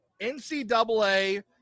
NCAA